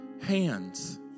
hands